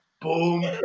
boom